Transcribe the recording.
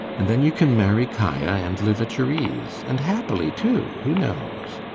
and then you can marry kaia, and live at your ease and happily too, who knows?